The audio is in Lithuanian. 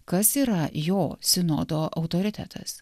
kas yra jo sinodo autoritetas